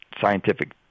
scientific